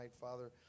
Father